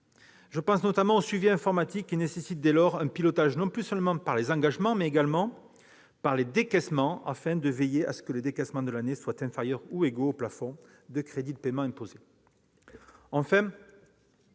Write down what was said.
Je pense notamment au suivi informatique, qui nécessite dès lors un pilotage non plus seulement par les engagements, mais également par les décaissements, afin de veiller à ce que les décaissements de l'année soient inférieurs ou égaux aux plafonds de crédits de paiement imposés.